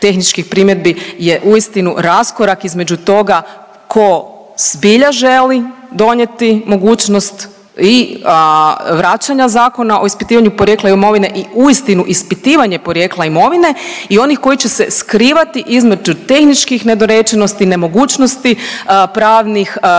primjedbi je uistinu raskorak između toga tko zbilja želi donijeti mogućnost i vraćanja Zakona o ispitivanju porijekla imovine i uistinu ispitivanje porijekla imovine i onih koji će se skrivati između tehničkih nedorečenosti i nemogućnosti pravnih